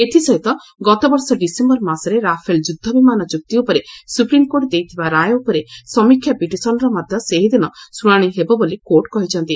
ଏଥିସହିତ ଗତବର୍ଷ ଡିସେମ୍ବର ମାସରେ ରାଫେଲ ଯୁଦ୍ଧବିମାନ ଚୁକ୍ତି ଉପରେ ସୁପ୍ରିମକୋର୍ଟ ଦେଇଥିବା ରାୟ ଉପରେ ସମୀକ୍ଷା ପିଟିସନର ମଧ୍ୟ ସେହିଦିନ ଶୁଣାଣି ହେବ ବୋଲି କୋର୍ଟ କହିଛନ୍ତି